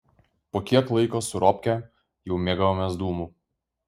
po kiek laiko su robke jau mėgavomės dūmu